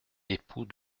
époux